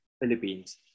Philippines